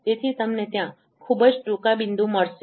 તેથી તમને ત્યાં ખૂબ જ ટૂંકા બિંદુ મળશે